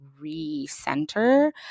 re-center